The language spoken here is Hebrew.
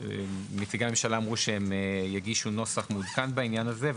נציגי הממשלה אמרו שהם יגישו נוסח מעודכן בעניין הזה,